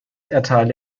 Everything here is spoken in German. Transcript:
erteile